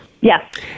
Yes